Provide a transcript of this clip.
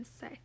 say